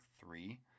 three